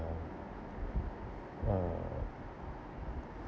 uh uh